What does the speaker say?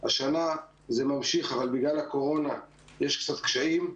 השנה זה ממשיך, אבל בגלל הקורונה יש קצת קשיים.